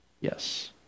Yes